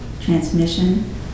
transmission